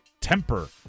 temper